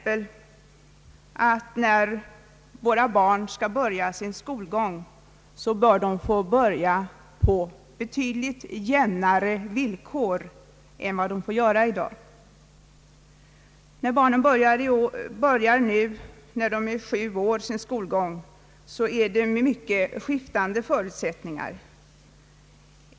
När våra barn skall börja sin skolgång bör de få börja på betydligt jämnare villkor än vad de får göra i dag. När barnen nu börjar sin skolgång vid sju års ålder är det med mycket skiftande förutsättningar.